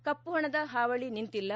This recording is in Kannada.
ಕಪ್ಪುಹಣದ ಹಾವಳಿ ನಿಂತಿಲ್ಲ